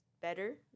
better